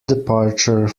departure